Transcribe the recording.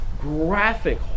graphic